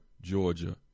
Georgia